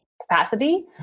capacity